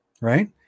Right